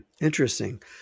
Interesting